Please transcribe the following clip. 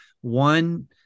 one